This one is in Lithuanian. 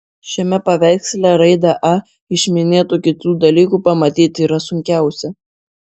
šiame paveiksle raidę a iš minėtų kitų dalykų pamatyti yra sunkiausia